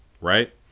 right